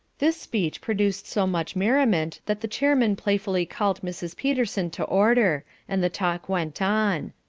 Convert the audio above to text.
this speech produced so much merriment that the chairman playfully called mrs. peterson to order, and the talk went on.